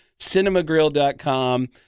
cinemagrill.com